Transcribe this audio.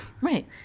Right